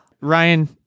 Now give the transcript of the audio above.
Ryan